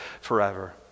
forever